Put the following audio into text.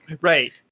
Right